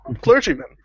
clergyman